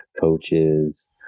coaches